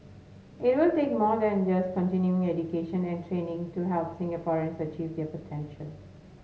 it will take more than just continuing education and training to help Singaporeans achieve their potential